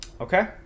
Okay